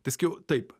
tai sakiau taip